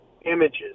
images